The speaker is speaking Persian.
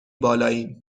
بالاییم